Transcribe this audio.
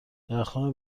درختان